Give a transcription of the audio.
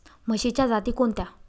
म्हशीच्या जाती कोणत्या?